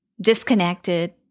disconnected